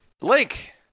link